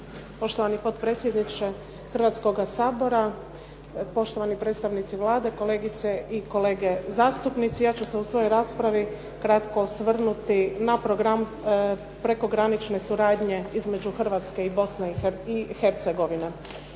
Poštovani potpredsjedniče Hrvatskoga sabora, poštovani predstavnici Vlade, kolegice i kolege zastupnici. Ja ću se u svojoj raspravi kratko osvrnuti na program prekogranične suradnje između Hrvatske i Bosne i Hercegovine.